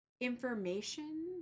information